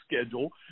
schedule